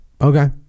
okay